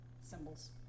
symbols